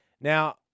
Now